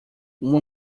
uma